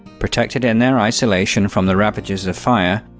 protected in their isolation from the ravages of fire,